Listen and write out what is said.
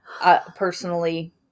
Personally